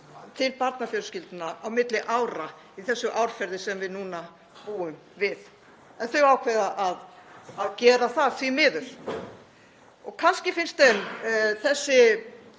til barnafjölskyldna á milli ára í þessu árferði sem við búum við núna. En þau ákveða að gera það, því miður. Kannski finnst þeim þessi